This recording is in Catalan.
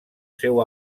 seu